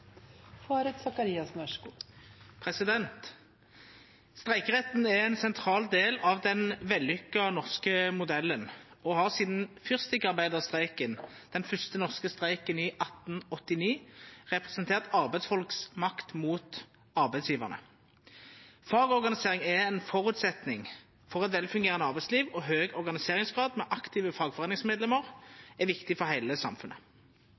Streikeretten er ein sentral del av den vellykka norske modellen og har sidan fyrstikkarbeidarstreiken, den første norske streiken i 1889, representert arbeidsfolks makt mot arbeidsgjevarane. Fagorganisering er ein føresetnad for eit velfungerande arbeidsliv, og høg organiseringsgrad med aktive fagforeiningsmedlemmer er viktig for heile samfunnet.